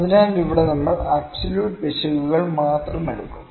അതിനാൽ ഇവിടെ നമ്മൾ അബ്സോല്യൂട്ട് പിശകുകൾ മാത്രം എടുക്കും